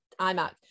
iMac